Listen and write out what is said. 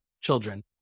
children